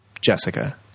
Jessica